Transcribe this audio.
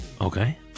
Okay